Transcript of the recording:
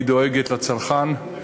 היא דואגת לצרכן,